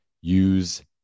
use